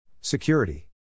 Security